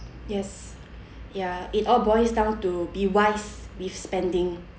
yes ya it all boils down to be wise with spending